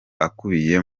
akubiye